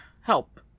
Help